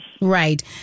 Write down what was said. Right